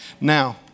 Now